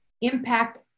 impact